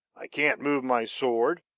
i can't move my sword.